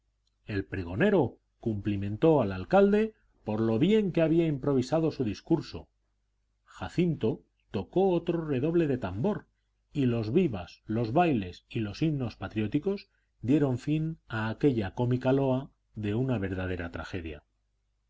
el pregonero cumplimentó al alcalde por lo bien que había improvisado su discurso jacinto tocó otro redoble de tambor y los vivas los bailes y los himnos patrióticos dieron fin a aquella cómica loa de una verdadera tragedia